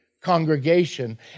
congregation